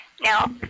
Now